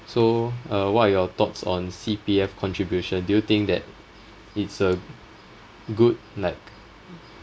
so uh what are your thoughts on C_P_F contribution do you think that it's a good like